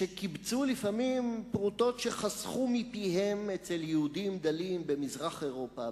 שקיבצו לפעמים פרוטות שחסכו מפיהם יהודים דלים במזרח-אירופה,